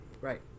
Right